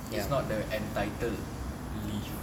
it's not the entitled leave